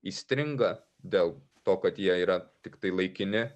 įstringa dėl to kad jie yra tiktai laikini